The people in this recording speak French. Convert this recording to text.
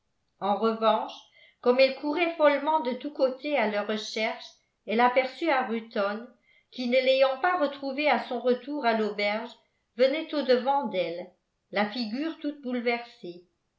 en revanche comme elle courait follement de tous côtés à leur recherche elle aperçut arbuton qui ne l'ayant pas retrouvée à son retour à l'auberge venait au-devant d'elle la figure toute bouleversée